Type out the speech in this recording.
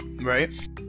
right